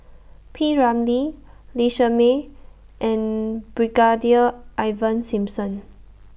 P Ramlee Lee Shermay and Brigadier Ivan Simson